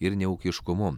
ir neūkiškumu